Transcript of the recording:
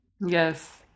Yes